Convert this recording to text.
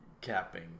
capping